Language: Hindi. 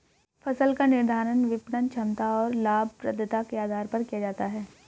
फसल का निर्धारण विपणन क्षमता और लाभप्रदता के आधार पर किया जाता है